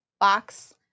box